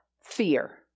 fear